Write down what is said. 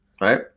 right